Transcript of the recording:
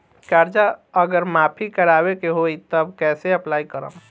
कर्जा अगर माफी करवावे के होई तब कैसे अप्लाई करम?